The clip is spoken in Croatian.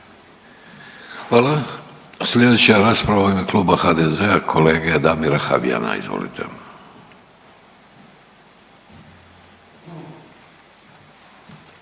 Hvala.